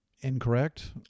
incorrect